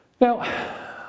Now